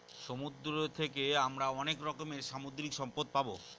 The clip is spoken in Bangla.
সমুদ্র থাকে আমরা অনেক রকমের সামুদ্রিক সম্পদ পাবো